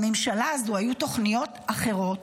לממשלה הזאת היו תוכניות אחרות,